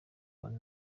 bane